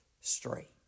straight